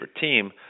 team